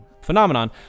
phenomenon